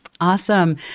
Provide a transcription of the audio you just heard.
Awesome